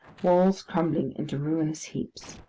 walls crumbling into ruinous heaps.